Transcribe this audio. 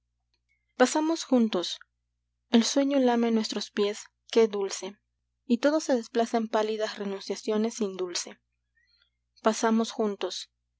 pasamos juntos el sueño lame nuestros píes qué dulce y todo se desplaza en pálidas renunciaciones sin dulce pasamos juntos